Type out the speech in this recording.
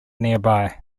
nearby